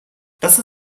dass